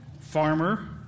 Farmer